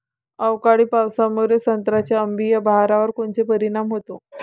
अवकाळी पावसामुळे संत्र्याच्या अंबीया बहारावर कोनचा परिणाम होतो?